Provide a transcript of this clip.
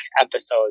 episodes